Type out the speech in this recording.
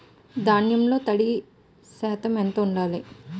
ధాన్యంలో తడి శాతం ఎంత ఉండాలి?